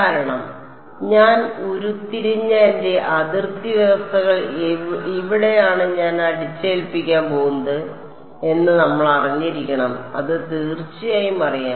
കാരണം ഞാൻ ഉരുത്തിരിഞ്ഞ എന്റെ അതിർത്തി വ്യവസ്ഥകൾ ഇവിടെയാണ് ഞാൻ അടിച്ചേൽപ്പിക്കാൻ പോകുന്നത് എന്ന് നമ്മൾ അറിഞ്ഞിരിക്കണം അത് തീർച്ചയായും അറിയാം